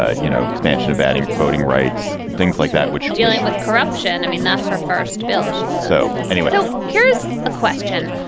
ah you know, expansion of adding voting rights, things like that, which are dealing with corruption i mean, that's her first bill. she's so. anyway, so here's a question.